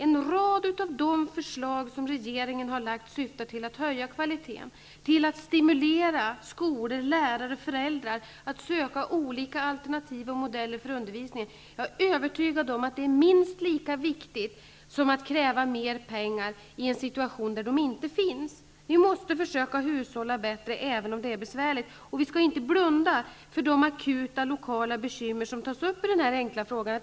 En rad av de förslag som regeringen har lagt fram syftar till att höja kvaliteten, till att stimulera skolan, lärare och föräldrar att söka olika alternativ och modeller för undervisningen. Jag är övertygad om att det är minst lika viktigt som att kräva mer pengar i en situation då det inte finns pengar. Vi måste försöka hushålla bättre, även om det är besvärligt. Vi skall inte blunda för de akuta lokala bekymmer som tas upp i denna fråga.